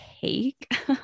take